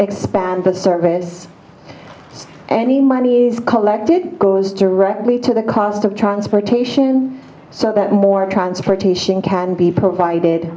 expand the service so any money is collected goes directly to the cost of transportation so that more transportation can be provided